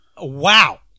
wow